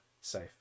safe